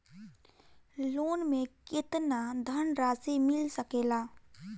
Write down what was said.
Loan मे केतना धनराशी मिल सकेला?